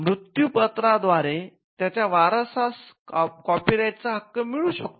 मृत्यूपत्र द्वारे त्याच्या वारसास कॉपी राईट चा हक्क मिळू शकतो